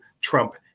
trump